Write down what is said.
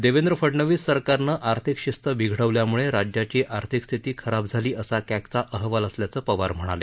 देवेंद्र फडणवीस सरकारनं आर्थिक शिस्त बिघडवल्यामुळे राज्याची आर्थिक स्थिती खराब झाली असा कॅगचा अहवाल असल्याचं पवार म्हणाले